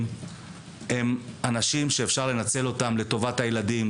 הם אנשים שאפשר להציל אותם לטובת הילדים,